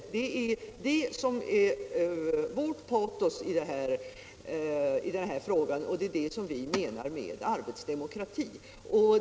Det är det som är vårt patos i den här frågan, och det är det som vi menar med arbetsdemokrati.